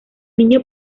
niño